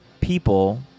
people